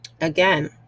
Again